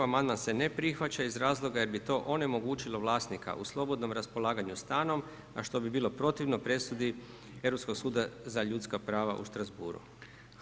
Amandman se ne prihvaća iz razloga jer bi to onemogućilo vlasnika u slobodnom raspolaganju stanom a što bi bilo protivno presudi Europskog suda za ljudska prava u Strasborugu.